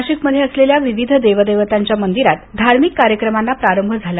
नाशिकमध्ये असलेल्या विविध देवदेवतांच्या मंदिरात धार्मिक कार्यक्रमांना प्रारंभ करण्यात आला